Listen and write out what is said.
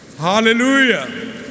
Hallelujah